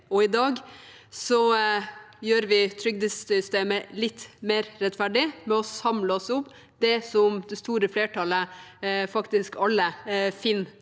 I dag gjør vi trygdesystemet litt mer rettferdig ved å samle oss om det som det store flertallet, faktisk alle, finner